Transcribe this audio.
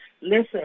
Listen